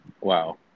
Wow